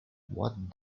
what